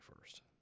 first